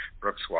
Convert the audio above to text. Brooks